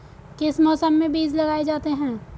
किस मौसम में बीज लगाए जाते हैं?